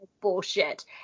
bullshit